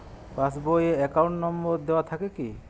Pass বই এ account number দেওয়া থাকে কি?